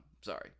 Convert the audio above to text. Sorry